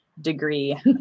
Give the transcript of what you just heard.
degree